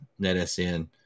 NetSN